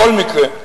בכל מקרה,